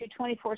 24